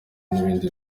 n’ibindi